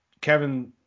Kevin